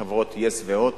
לחברות yes ו"הוט",